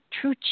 true